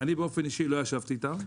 אני באופן אישי לא ישבתי איתם.